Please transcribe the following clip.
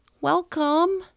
welcome